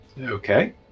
Okay